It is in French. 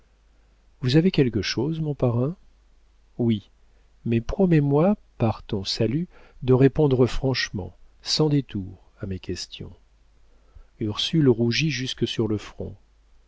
vous avez quelque chose mon parrain oui mais promets-moi par ton salut de répondre franchement sans détour à mes questions ursule rougit jusque sur le front